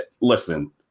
listen